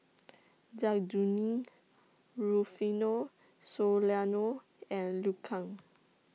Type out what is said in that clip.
Zai Kuning Rufino Soliano and Liu Kang